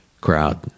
Crowd